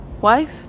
wife